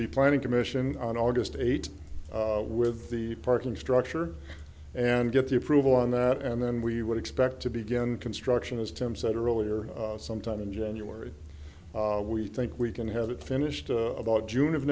the planning commission on august eighth with the parking structure and get the approval on that and then we would expect to begin construction as tim said earlier sometime in january we think we can have it finished about jun